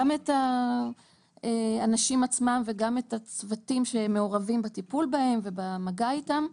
גם את האנשים עצמם וגם את הצוותים שמעורבים בטיפול בהם ובמגע איתם,